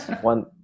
one